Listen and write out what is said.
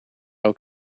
ook